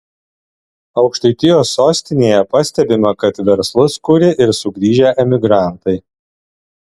aukštaitijos sostinėje pastebima kad verslus kuria ir sugrįžę emigrantai